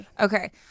okay